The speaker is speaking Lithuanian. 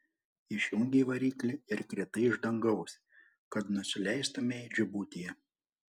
išjungei variklį ir kritai iš dangaus kad nusileistumei džibutyje